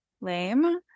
lame